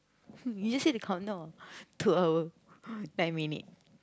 you just say the countdown two hour nine minute